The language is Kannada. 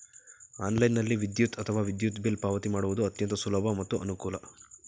ಆನ್ಲೈನ್ನಲ್ಲಿ ವಿದ್ಯುತ್ ಅಥವಾ ವಿದ್ಯುತ್ ಬಿಲ್ ಪಾವತಿ ಮಾಡುವುದು ಅತ್ಯಂತ ಸುಲಭ ಮತ್ತು ಅನುಕೂಲ